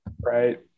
right